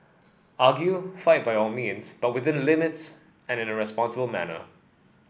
argue fight by all means but within limits and in a responsible manner